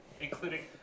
Including